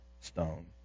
stone